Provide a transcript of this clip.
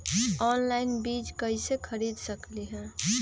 Online बीज कईसे खरीद सकली ह?